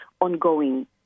ongoing